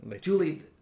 Julie